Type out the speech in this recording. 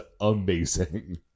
amazing